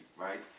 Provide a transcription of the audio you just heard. right